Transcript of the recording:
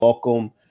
Welcome